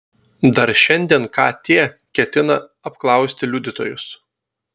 dar šiandien kt ketina apklausti liudytojus